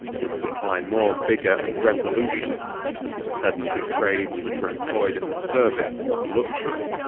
would supply more vigor and resolution than the sedentary trades which are employed in the service of luxury.